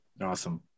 awesome